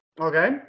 Okay